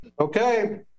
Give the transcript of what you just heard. okay